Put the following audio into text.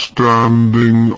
Standing